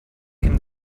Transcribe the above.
can